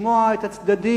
לשמוע את הצדדים,